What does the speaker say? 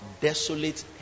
desolate